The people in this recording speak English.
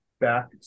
back